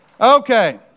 Okay